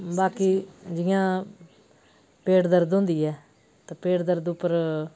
बाकी जि'यां पेट दर्द होंदी ऐ तां पेट दर्द उप्पर